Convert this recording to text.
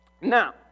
Now